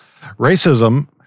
Racism